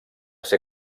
ser